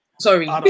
Sorry